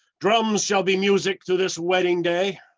drums shall be music to this wedding day.